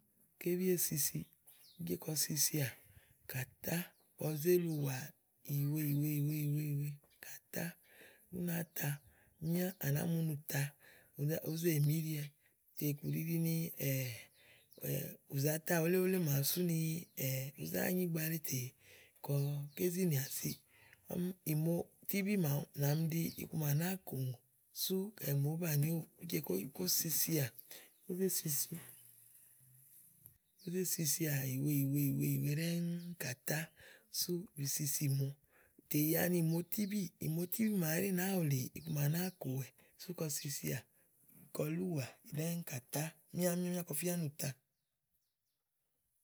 Ké bí é sisiì, ùú je kɔ sisià kàtá kɔ zé li ùwà ìyìwèe ìyìwèe ìyìwèe ìyìwèe kàtá, ú náa ta míá à nàá mu ni ù ta, ùú ze mìíɖiwɛɛ̀ tè kùɖiɖi ni ù zata wulé wulé màawu sú ni ùú zá nyì ígbaletè kɔ ké zinìà siì. ɔmi ìmo tíbí màawu nà mi ɖi iku màa nàáa kòùŋò súù kayi ìmo òó banìiówò ùú je kó sisià, kó zé sisi, kó zé sisià ìyìwèe ìyìwèe íyíwèe ìyìwèe ɖɛ́ŋú kà tá, sú bi sisi ìmo. Tè ya ni ìmo tíbíì, ìmotíbí màawu ɛɖí nàáa kòwɛ̀ ígbɔ ɔwɔ sisià kɔlí ùwà ɖɛ́ŋú kàtá míá míá kɔ fía ni ù ta.